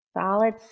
solid